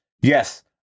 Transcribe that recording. Yes